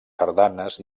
sardanes